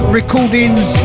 Recordings